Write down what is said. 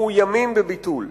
מאוימים בביטול.